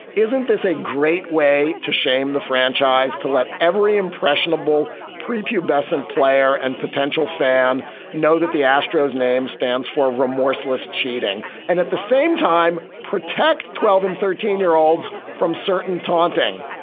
isn't this a great way to shame the franchise, to let every impressionable, pre-pubescent player and potential fan know that the astros name stands for a remorseless cheating and at the same time protect twelve and thirteen year olds from certain taunting?